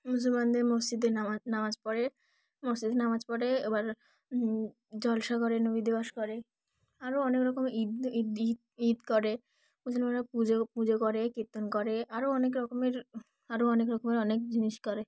মুসলমানদের মসজিদে নামা নামাজ পড়ে মসজিদে নামাজ পড়ে এবার জলসা করে নবী দিবস করে আরও অনেক রকম ঈদ ঈদ ঈদ ঈদ করে মুসলমানরা পুজো পুজো করে কীর্তন করে আরও অনেক রকমের আরও অনেক রকমের অনেক জিনিস করে